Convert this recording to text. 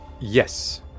Yes